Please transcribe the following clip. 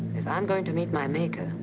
if i am going to meet my maker,